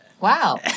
wow